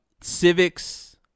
civics